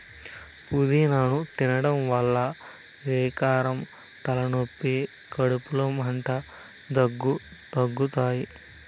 పూదినను తినడం వల్ల వికారం, తలనొప్పి, కడుపులో మంట, దగ్గు తగ్గుతాయి